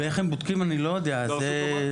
אני לא יודע איך הם בודקים.